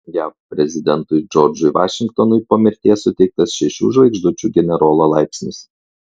jav prezidentui džordžui vašingtonui po mirties suteiktas šešių žvaigždučių generolo laipsnis